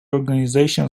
organization